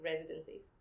residencies